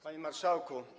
Panie Marszałku!